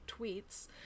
tweets